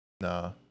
nah